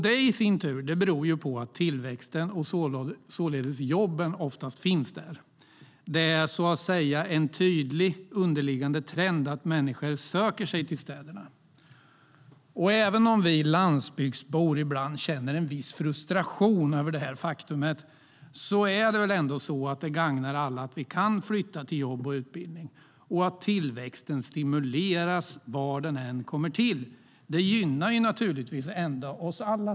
Det beror på att tillväxten och således jobben oftast finns där. Det är så att säga en tydlig underliggande trend att människor söker sig till städerna. Även om vi landsbygdsbor ibland känner en viss frustration över detta så gagnar det alla att vi kan flytta till jobb och utbildning - och att tillväxten stimuleras var den än kommer till gynnar till slut oss alla.